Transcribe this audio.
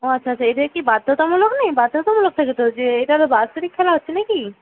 ও আচ্ছা আচ্ছা এটা কি বাধ্যতামূলক নেই বাধ্যতামূলক থাকে তো যে এটা ওদের বাৎসরিক খেলা হচ্ছে না কি